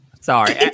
Sorry